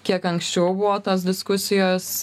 kiek anksčiau buvo tos diskusijos